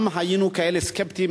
גם היינו כאלה סקפטיים,